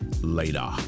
Later